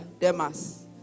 Demas